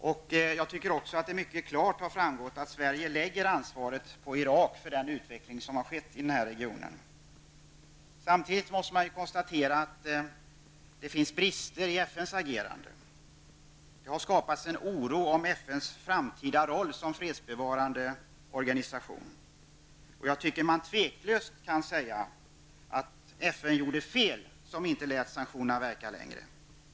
Det har också mycket klart framgått att Sverige lägger ansvaret för den utveckling som har skett i denna region på Irak. Man måste samtidigt konstatera att det finns brister i FNs agerande. Det har skapats en oro när det gäller FNs framtida roll som fredsbevarande organisation. Jag tycker att man tveklöst kan säga att FN gjorde fel som inte lät sanktionerna verka längre.